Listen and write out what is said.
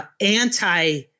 anti